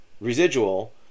residual